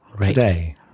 today